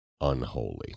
unholy